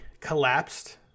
collapsed